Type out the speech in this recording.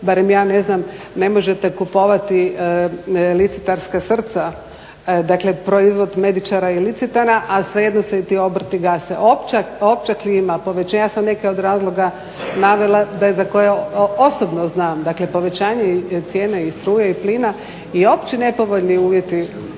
barem ja ne znam ne možete kupovati licitarska srca. Dakle, proizvod medičara i licitana a svejedno se i ti obrti gase. Opća, opća klima …/Govornik se ne razumije./… ja sam neke od razloga navela da za koje osobno znam, dakle povećanje cijene i struje i plina i opće nepovoljni uvjeti